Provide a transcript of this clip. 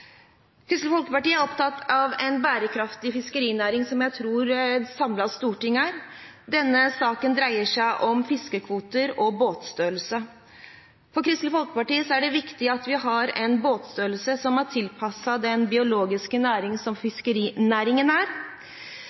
Kristelig Folkeparti er opptatt av en bærekraftig fiskerinæring, som jeg tror et samlet storting er. Denne saken dreier seg om fiskekvoter og båtstørrelse. For Kristelig Folkeparti er det viktig at vi har en båtstørrelse som er tilpasset den biologiske næring som fiskerinæringen er.